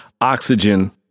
oxygen